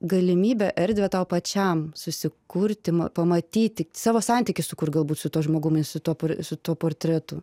galimybę erdvę tau pačiam susikurti pamatyti savo santykį su kur galbūt su tuo žmogumi su tuo su tuo portretu